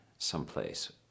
Someplace